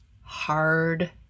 hard